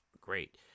great